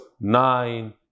nine